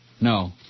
No